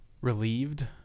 relieved